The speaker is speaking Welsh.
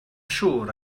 siŵr